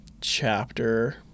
chapter